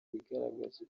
bigaragaze